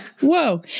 Whoa